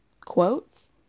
quotes